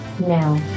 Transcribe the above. now